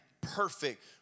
perfect